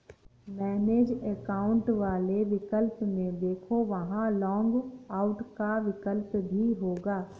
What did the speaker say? manage account वाले विकल्प में देखो, वहां लॉग आउट का विकल्प भी होगा